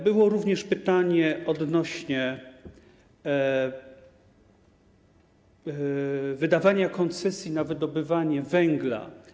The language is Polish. Było również pytanie odnośnie do wydawania koncesji na wydobywanie węgla.